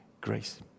grace